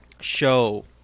show